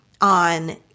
on